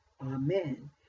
amen